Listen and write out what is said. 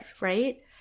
right